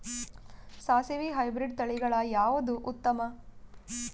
ಸಾಸಿವಿ ಹೈಬ್ರಿಡ್ ತಳಿಗಳ ಯಾವದು ಉತ್ತಮ?